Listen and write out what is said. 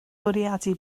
bwriadu